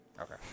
Okay